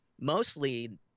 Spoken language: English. mostly